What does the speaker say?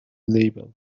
label